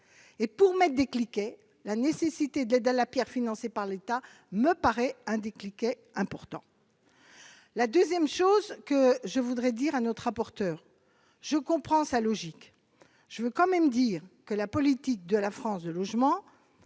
et pour maître de cliquet : la nécessité de l'aide à la Pierre, financé par l'État, me paraît un déclic est important : la 2ème, chose que je voudrais dire à notre rapporteur, je comprends sa logique, je veux quand même dire que la politique de la France, de logements,